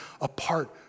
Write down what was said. apart